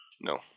No